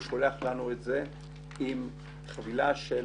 המבצע והוא שולח אלינו בחזרה עם חבילה של